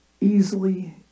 easily